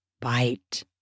Bite